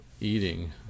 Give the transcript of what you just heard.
eating